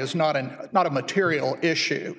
is not and not a material issue